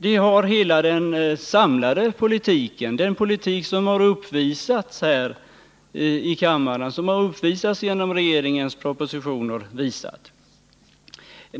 Det har hela den samlade politiken och den politik som har uppvisats här i kammaren genom regeringens propositioner visat.